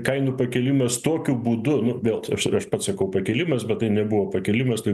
kainų pakėlimas tokiu būdu nu vėl aš pats sakau pakėlimas bet tai nebuvo pakėlimas tai